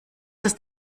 ist